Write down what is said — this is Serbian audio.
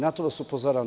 Na to vas upozoravam.